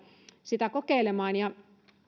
sitä kokeilemaan